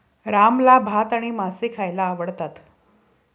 रामला भात आणि मासे खायला आवडतात